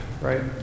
right